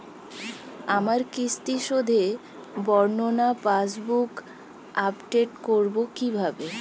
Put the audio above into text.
আমার কিস্তি শোধে বর্ণনা পাসবুক আপডেট করব কিভাবে?